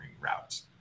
route